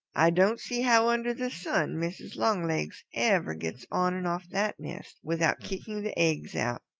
i don't see how under the sun mrs. longlegs ever gets on and off that nest without kicking the eggs out.